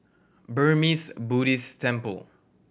Burmese Buddhist Temple